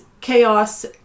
chaos